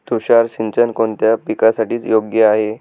तुषार सिंचन कोणत्या पिकासाठी योग्य आहे?